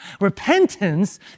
Repentance